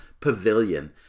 Pavilion